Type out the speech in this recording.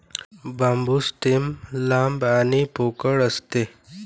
बांबू stem लांब आणि पोकळ असते